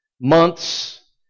months